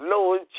Lord